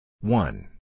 one